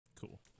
Cool